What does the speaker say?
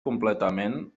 completament